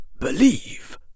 believe